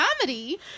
comedy